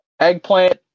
Eggplant